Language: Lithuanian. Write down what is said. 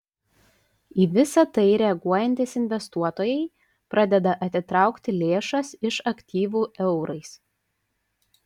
į visa tai reaguojantys investuotojai pradeda atitraukti lėšas iš aktyvų eurais